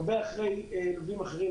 הרבה אחרי לווים אחרים.